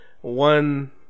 One